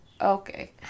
okay